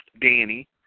Danny